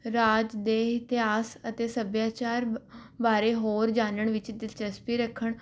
ਰਾਜ ਦੇ ਇਤਿਹਾਸ ਅਤੇ ਸੱਭਿਆਚਾਰ ਬਾਰੇ ਹੋਰ ਜਾਣਨ ਵਿੱਚ ਦਿਲਚਸਪੀ ਰੱਖਣ